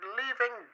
leaving